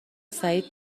سعید